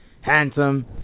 handsome